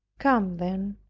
come then,